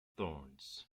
thorns